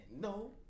No